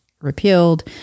repealed